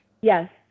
Yes